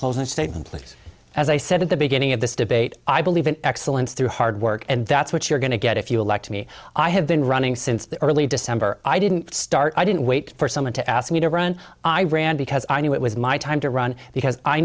closing statement please as i said at the beginning of this debate i believe in excellence through hard work and that's what you're going to get if you elect me i have been running since the early december i didn't start i didn't wait for someone to ask me to run i ran because i knew it was my time to run because i